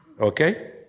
Okay